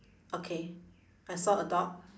okay I saw a dog